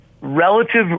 relative